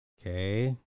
Okay